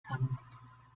kann